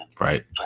Right